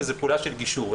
וזו פעולה של גישור.